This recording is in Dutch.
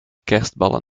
kerstballen